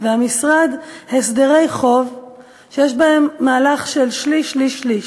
והמשרד הסדרי חוב שיש בהם מהלך של שליש-שליש-שליש: